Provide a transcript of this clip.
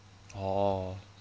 oh